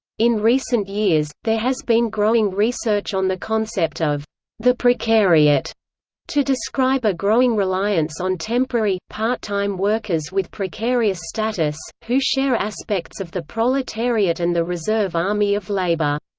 in recent years, there has been growing research on the concept of the precariat to describe a growing reliance on temporary, part-time workers with precarious status, who share aspects of the proletariat and the reserve army of labor.